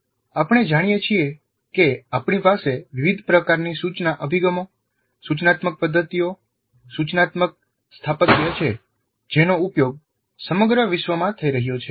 આપણે જાણીએ છીએ કે આપણી પાસે વિવિધ પ્રકારની સૂચના અભિગમો સૂચનાત્મક પદ્ધતિઓ સૂચનાત્મક સ્થાપત્ય છે જેનો ઉપયોગ સમગ્ર વિશ્વમાં થઈ રહ્યો છે